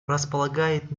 располагает